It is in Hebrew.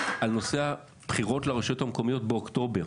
על נושא הבחירות לרשויות המקומיות באוקטובר.